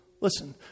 listen